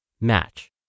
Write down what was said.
match